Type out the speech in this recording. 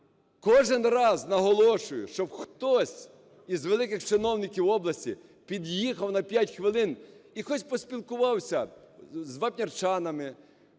кожен раз наголошую, щоб хтось із великих чиновників області під'їхав на 5 хвилин і хоч поспілкувався з вапнярчанами,